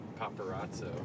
paparazzo